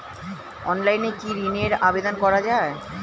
অনলাইনে কি ঋনের আবেদন করা যায়?